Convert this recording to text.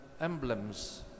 emblems